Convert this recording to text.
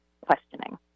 questioning